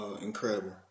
Incredible